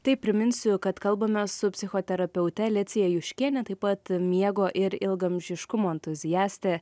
tai priminsiu kad kalbamės su psichoterapeute licija juškiene taip pat miego ir ilgaamžiškumo entuziaste